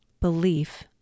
belief